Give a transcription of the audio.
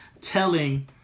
telling